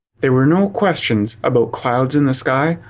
there were no questions about clouds in the sky,